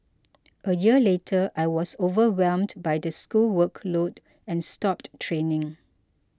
a year later I was overwhelmed by the school workload and stopped training